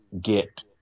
get